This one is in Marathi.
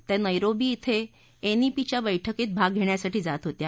त्या नदीशी धिं एनईपीच्या बस्कीत भाग घेण्यासाठी जात होत्या